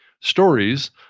stories